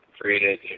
created